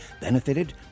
benefited